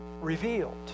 revealed